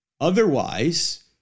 Otherwise